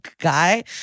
guy